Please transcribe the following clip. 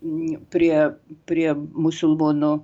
prie prie musulmonų